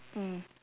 mm